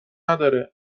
نداره